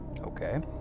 Okay